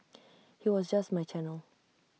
he was just my channel